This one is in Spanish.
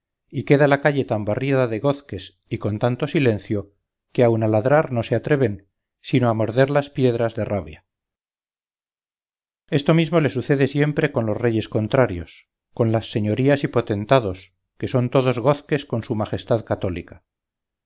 y queda la calle tan barrida de gozques y con tanto silencio que aun a ladrar no se atreven sino a morder las piedras de rabia esto mismo le sucede siempre con los reyes contrarios con las señorías y potentados que son todos gozques con su majestad católica